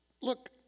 Look